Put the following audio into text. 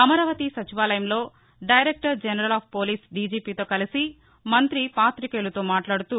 అమరావతి సచివాలయంలో director general of police డీజీపీతో కలసి మంతి పాతికేయులతో మాట్లాడుతూ